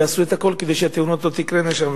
יעשו את הכול כדי שלא תקרינה שם תאונות,